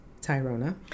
Tyrona